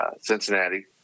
Cincinnati